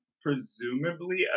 presumably